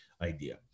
idea